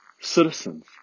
citizens